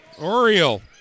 Oriole